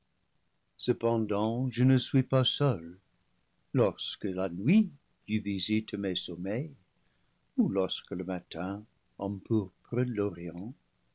cependant je ne suis pas seul lorsque la nuit tu visites mes sommeils ou lorsque le matin